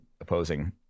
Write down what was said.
opposing